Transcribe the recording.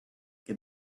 good